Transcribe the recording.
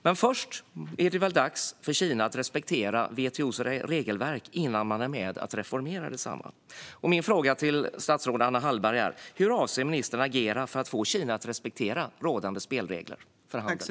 Men först är det väl dags för Kina att respektera WTO:s regelverk, innan man är med och reformerar detsamma. Min fråga till statsrådet Anna Hallberg är: Hur avser ministern att agera för att få Kina att respektera rådande spelregler för handeln?